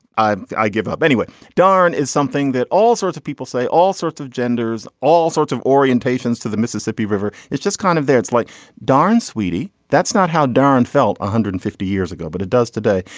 i give up anyway. darren is something that all sorts of people say all sorts of genders all sorts of orientations to the mississippi river. it's just kind of there it's like darren sweetie. that's not how darren felt one hundred and fifty years ago but it does today.